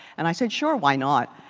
and i said, sure, why not?